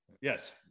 Yes